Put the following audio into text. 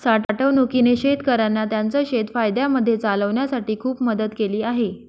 साठवणूकीने शेतकऱ्यांना त्यांचं शेत फायद्यामध्ये चालवण्यासाठी खूप मदत केली आहे